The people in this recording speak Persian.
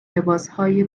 لباسهای